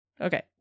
Okay